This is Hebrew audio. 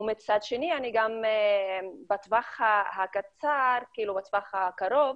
מצד שני, בטווח הקצר, בטווח הקרוב,